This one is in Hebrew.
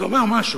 זה אומר משהו